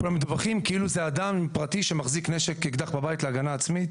כולם מדווחים כאילו זה אדם פרטי שמחזיק אקדח בבית להגנה עצמית.